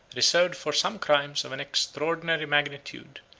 reserved for some crimes of an extraordinary magnitude,